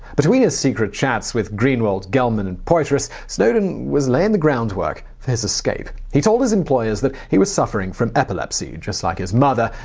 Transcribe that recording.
between his secret chats with greenwald, gellman and poitras, snowden was laying the groundwork for his escape. he told his employers he was suffering from epilepsy, just like his mother,